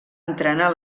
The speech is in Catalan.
entrenar